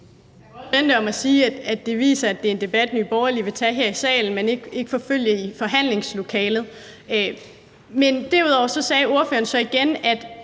vende det om og sige, at det viser, at det er en debat, som Nye Borgerlige vil tage her i salen, men ikke vil forfølge i forhandlingslokalet. Men derudover brugte ordføreren så et